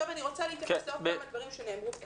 אני ר וצה להתייחס לכמה דברים שנאמרו כאן.